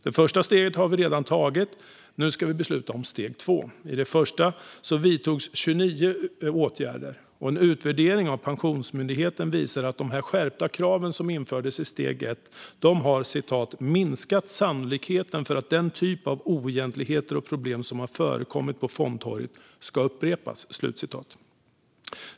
Det första steget har vi redan tagit. Nu ska vi besluta om steg två. I det första steget vidtogs 29 åtgärder, och en utvärdering av Pensionsmyndigheten visar att de skärpta krav som infördes i steg ett har "minskat sannolikheten för att den typ av oegentligheter och problem som har förekommit på fondtorget ska upprepas".